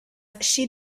she